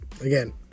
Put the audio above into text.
again